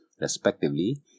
respectively